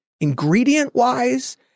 ingredient-wise